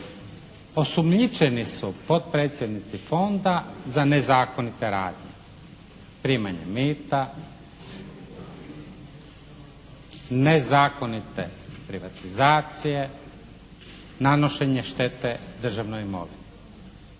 osumnjičeni su potpredsjednici Fonda za nezakonite radnje. Primanje mita, nezakonite privatizacije, nanošenje štete državnoj imovini.